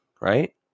right